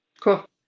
Cool